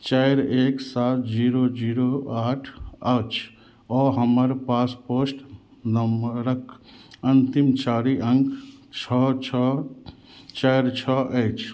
चारि एक सात जीरो जीरो आठ अछि आ हमर पासपोर्ट नंबरक अंतिम चारि अंक छओ छओ चाइर छओ अइछ